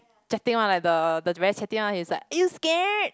chatty one like the the very chatty one he's like are you scared